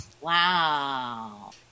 Wow